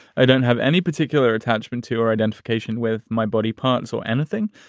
i don't have any particular attachment to or identification with my body parts or anything,